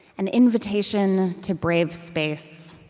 an invitation to brave space,